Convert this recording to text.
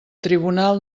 tribunal